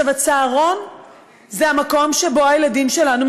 צהרון זה המקום שבו הילדים שלנו,